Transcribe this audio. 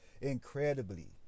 Incredibly